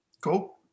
Cool